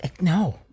No